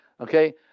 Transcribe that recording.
Okay